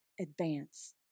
advance